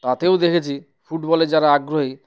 তাতেও দেখেছি ফুটবলের যারা আগ্রহী